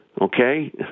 Okay